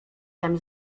tem